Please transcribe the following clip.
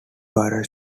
prior